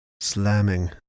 Slamming